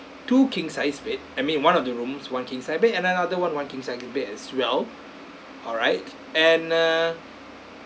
two king sized bed I mean one of the rooms one king size bed and another one one king size bed as well alright and uh